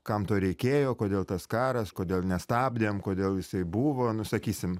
kam to reikėjo kodėl tas karas kodėl nestabdėm kodėl jisai buvo nu sakysim